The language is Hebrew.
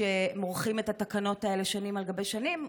שמורחים את התקנות האלה שנים על גבי שנים.